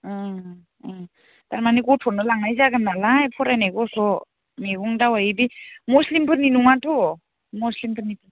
ओं ओं थारमाने गथ'नो लांनाय जागोन नालाय फरायनाय गथ' मैगं दावाय बिदि मुस्लिमफोरनि नङाथ' मुस्लिमफोरनि